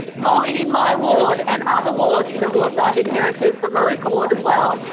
mowing in my ward and other wards, the wards i've inherited, from moorooka ward as well,